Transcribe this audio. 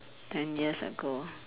ten years ago